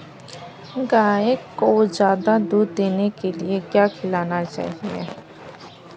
गाय को ज्यादा दूध देने के लिए क्या खिलाना चाहिए?